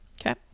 Okay